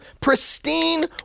pristine